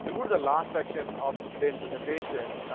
we'll go to the last section of today's presentation.